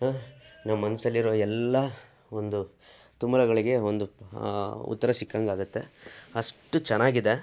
ನಮ್ಮ ಮನಸಲ್ಲಿರೊ ಎಲ್ಲ ಒಂದು ತುಮುಲಗಳಿಗೆ ಒಂದು ಉತ್ತರ ಸಿಕ್ಕಂಗಾತ್ತೆ ಅಷ್ಟು ಚೆನ್ನಾಗಿದೆ